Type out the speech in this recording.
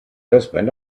husband